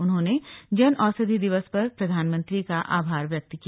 उन्होंने जन औषधि दिवस पर प्रधानमंत्री का आभार व्यक्त किया